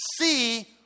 see